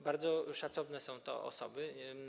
Bardzo szacowne są to osoby.